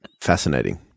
Fascinating